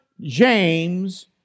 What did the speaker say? James